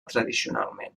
tradicionalment